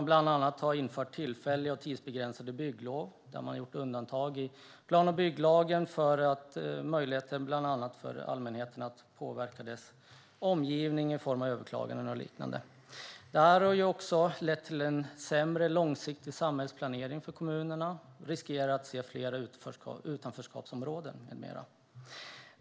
Bland annat har man infört tillfälliga och tidsbegränsade bygglov, där man har gjort undantag från plan och bygglagens möjligheter för allmänheten att bland annat påverka sin omgivning genom överklaganden och liknande. Detta har också lett till en sämre långsiktig samhällsplanering för kommunerna, och vi riskerar att få se fler utanförskapsområden med mera.